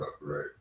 right